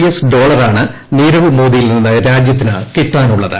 S ഡോളറാണ് നീരവ് മോദിയിൽ നിന്ന് രാജ്യത്തിന് കിട്ടാനുള്ളത്